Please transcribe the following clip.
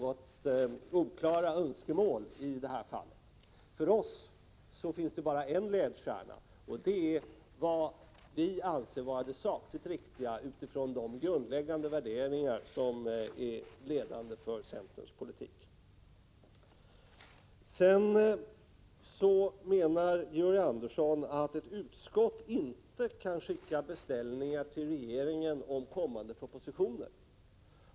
1985/86:159 finns bara en ledstjärna, nämligen vad vi anser vara det sakligt riktiga utifrån — 2 juni 1986 de grundläggande värderingar som är ledande för centerns politik. Georg Andersson menar att ett utskott inte kan skicka beställningar till regeringen om kommande propositioner.